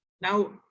now